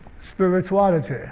spirituality